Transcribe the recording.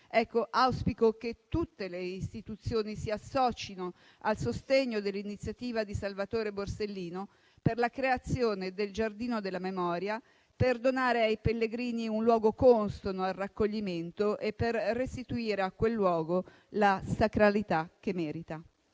Auspico che tutte le istituzioni si associno al sostegno dell'iniziativa di Salvatore Borsellino, per la creazione del Giardino della memoria, per donare ai pellegrini un luogo consono al raccoglimento e per restituire a quel luogo la sacralità che merita.